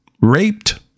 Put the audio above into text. raped